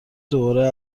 دوباره